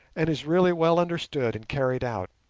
and is really well understood and carried out,